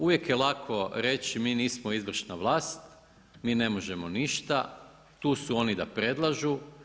Uvijek je lako reći mi nismo izvršna vlast, mi ne možemo ništa, tu su oni da predlažu.